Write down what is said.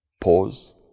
pause